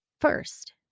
first